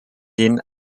den